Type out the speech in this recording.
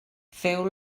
feu